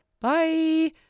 Bye